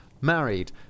married